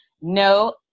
No